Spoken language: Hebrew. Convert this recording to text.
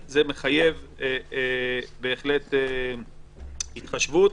זה מחייב בחלט התחשבות.